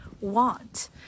want